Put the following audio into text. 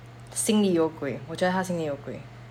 心里有鬼我觉得她心里有鬼